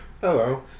Hello